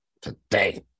today